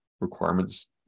requirements